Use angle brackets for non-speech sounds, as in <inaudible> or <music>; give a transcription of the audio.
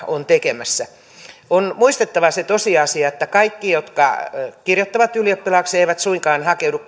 on tekemässä on muistettava se tosiasia että kaikki jotka kirjoittavat ylioppilaaksi eivät suinkaan hakeudu <unintelligible>